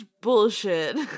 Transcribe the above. bullshit